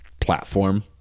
platform